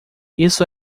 isso